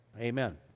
amen